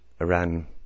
Iran